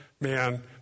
man